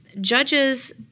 judges